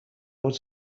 was